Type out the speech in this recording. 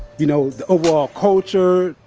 you know, the overall culture,